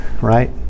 right